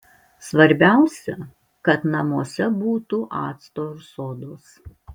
svarbiausia kad namuose būtų acto ir sodos